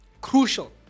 crucial